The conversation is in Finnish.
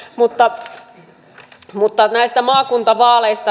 mutta näistä maakuntavaaleista